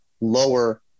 lower